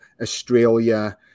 Australia